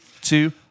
two